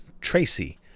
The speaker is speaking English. Tracy